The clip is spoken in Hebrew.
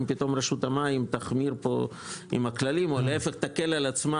אם פתאום רשות המים תחמיר פה עם הכללים או להפך תקל על עצמה